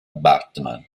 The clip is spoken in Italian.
batman